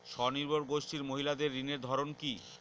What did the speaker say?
স্বনির্ভর গোষ্ঠীর মহিলাদের ঋণের ধরন কি?